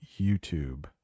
YouTube